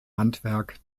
handwerk